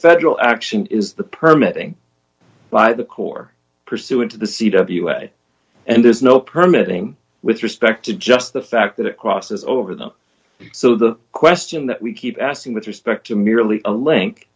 federal action is the permit thing by the corps pursuant to the c w a and there's no permit thing with respect to just the fact that it crosses over them so the question that we keep asking with respect to merely a link